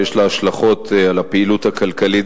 שיש לה השלכות על הפעילות הכלכלית,